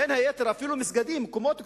בין היתר, אפילו מסגדים, מקומות קדושים,